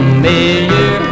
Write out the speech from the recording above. familiar